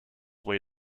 way